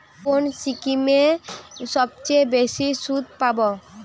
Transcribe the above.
কোন স্কিমে সবচেয়ে বেশি সুদ পাব?